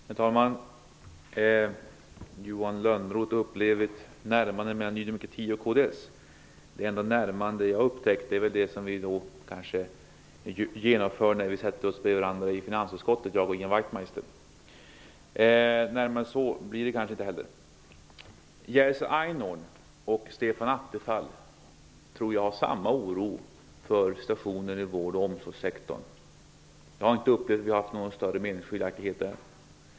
Herr talman! Johan Lönnroth hade bevittnat ett närmande mellan Ny demokrati och kds. Det enda närmande jag har upptäckt är det som vi genomför när vi -- Ian Wachtmeister och jag -- sätter oss bredvid varandra i finansutskottet. Närmare än så blir det kanske inte heller. Jerzy Einhorn och Stefan Attefall hyser samma oro för situationen i vård och omsorgssektorn, tror jag. Jag har inte upplevt att vi har haft några större meningsskiljaktigheter på den punkten.